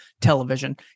television